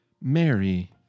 Mary